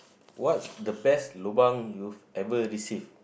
what's the best lobang you've ever received